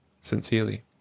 SINCERELY